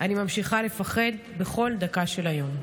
אני ממשיכה לפחד בכל דקה של היום.